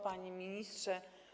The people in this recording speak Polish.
Panie Ministrze!